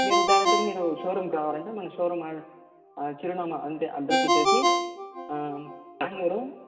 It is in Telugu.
మీరు డైరెక్టుగా మీరు షోరూమ్కి రావాలండి మీరు షోరూమ్ చిరునామా అంతే అడ్రెస్ వచ్చేసి బెంగళూరు